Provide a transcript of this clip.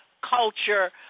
culture